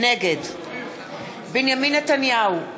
נגד בנימין נתניהו,